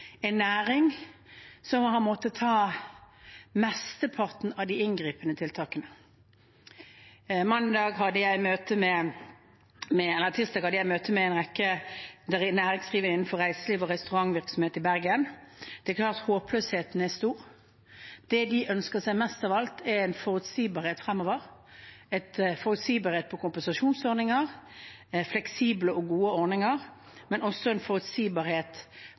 næring som har måttet ta mesteparten av de inngripende tiltakene. Tirsdag hadde jeg møte med en rekke næringsdrivende innenfor reiseliv og restaurantvirksomhet i Bergen. Det er klart at håpløsheten er stor. Det de ønsker seg mest av alt, er forutsigbarhet fremover, forutsigbarhet for kompensasjonsordninger, fleksible og gode ordninger, men også forutsigbarhet